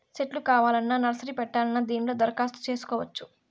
సెట్లు కావాలన్నా నర్సరీ పెట్టాలన్నా దీనిలో దరఖాస్తు చేసుకోవచ్చు